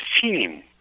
team